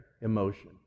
emotion